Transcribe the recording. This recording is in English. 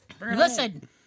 Listen